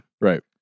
Right